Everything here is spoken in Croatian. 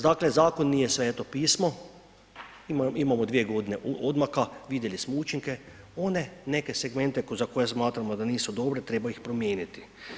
Dakle, zakon nije sveto pismo, imamo dvije godine odmaka, vidjeli smo učinke, one neke segmente za koje smatramo da nisu dobre treba ih promijeniti.